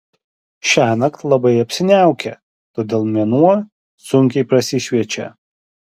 šiąnakt labai apsiniaukę todėl mėnuo sunkiai prasišviečia